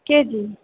K G